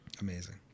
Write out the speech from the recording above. Amazing